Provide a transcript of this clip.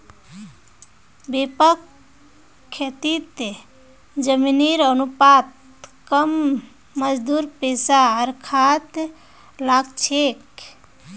व्यापक खेतीत जमीनेर अनुपात कम मजदूर पैसा आर खाद लाग छेक